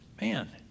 Man